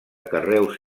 carreus